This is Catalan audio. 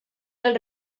del